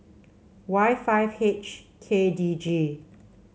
Y five H K D G